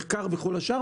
מחקר וכל השאר,